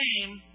name